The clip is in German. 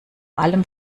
allem